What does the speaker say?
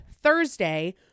Thursday